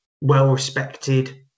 well-respected